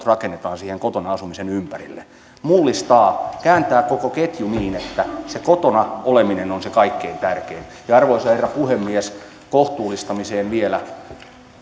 rakennetaan siihen kotona asumisen ympärille mullistaa kääntää koko ketjun niin että se kotona oleminen on se kaikkein tärkein arvoisa herra puhemies kohtuullistamiseen vielä